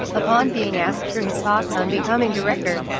upon being asked for his ah thoughts on becoming director,